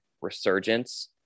resurgence